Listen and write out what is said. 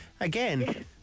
Again